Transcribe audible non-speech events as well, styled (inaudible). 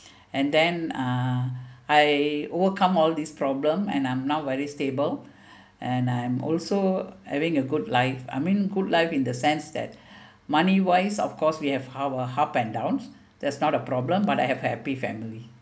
and then uh I overcome all these problem and I'm now very stable and I'm also having a good life I mean good life in the sense that (breath) money wise of course we have our up and downs that's not a problem but I have happy family